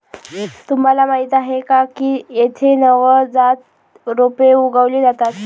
तुम्हाला माहीत आहे का की येथे नवजात रोपे उगवली जातात